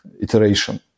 iteration